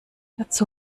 dazu